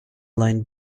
line